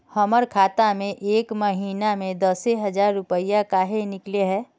हमर खाता में एक महीना में दसे हजार रुपया काहे निकले है?